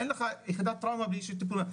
אין לך יחידת טראומה בלי טיפול נמרץ,